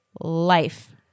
life